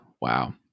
Wow